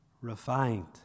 refined